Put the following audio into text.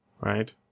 right